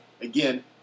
again